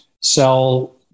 sell